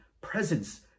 presence